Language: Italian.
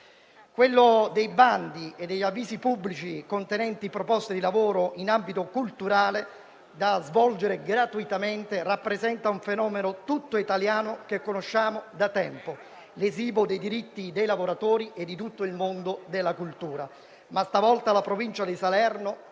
Quello dei bandi e degli avvisi pubblici contenenti proposte di lavoro in ambito culturale da svolgere gratuitamente rappresenta un fenomeno tutto italiano che conosciamo da tempo, lesivo dei diritti dei lavoratori e di tutto il mondo della cultura, ma stavolta la Provincia di Salerno le